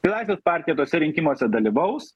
laisvės partija tuose rinkimuose dalyvaus